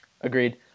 Agreed